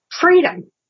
Freedom